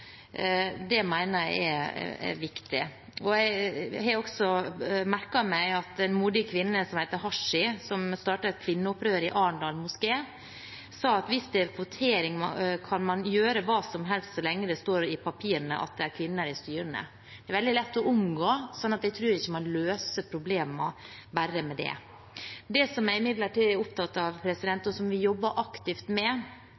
Det mener jeg er viktig. Jeg har også merket meg at en modig kvinne som heter Hashi, som startet et kvinneopprør i Arendal Moské, sa: «Hvis det er kvotering, kan man gjøre hva som helst så lenge det står i papirene at det er kvinner i styrene.» Det er veldig lett å omgå, så jeg tror ikke man løser problemene bare med det. Det som jeg imidlertid er opptatt av, og som vi jobber aktivt med,